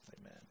Amen